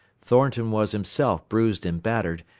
thornton was himself bruised and battered,